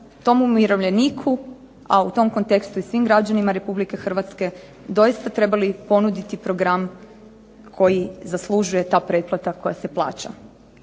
tom umirovljeniku, a u tom kontekstu i svim građanima Republike Hrvatske doista trebali ponuditi program koji zaslužuje ta pretplata koja se plaća.